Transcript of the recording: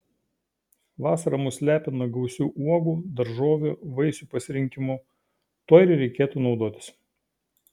vasara mus lepina gausiu uogų daržovių vaisių pasirinkimu tuo ir reikėtų naudotis